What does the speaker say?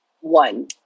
One